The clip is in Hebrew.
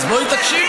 אז בואי תקשיבי.